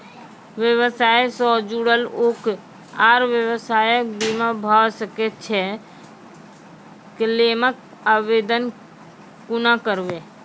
व्यवसाय सॅ जुड़ल लोक आर व्यवसायक बीमा भऽ सकैत छै? क्लेमक आवेदन कुना करवै?